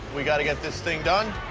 we gotta get this thing done.